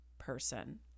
person